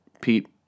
Pete